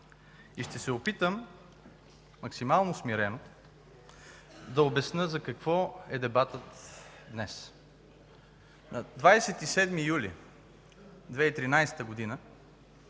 Ще се опитам максимално смирено да обясня за какво е дебатът днес. На 27 юли 2013 г.